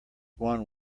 won